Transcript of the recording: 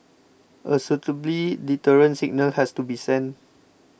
a suitably deterrent signal has to be sent